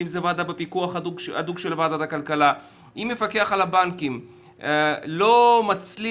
אם זה ועדה בפיקוח הדוק של ועדת הכלכלה אם המפקח על הבנקים לא מצליח,